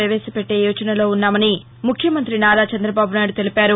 ప్రపేశపెట్టే యోచనలో ఉన్నామని ముఖ్యమంతి నారా చంద్రబాబు నాయుడు తెలిపారు